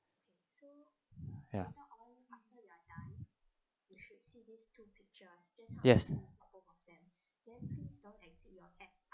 ya yes